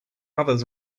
others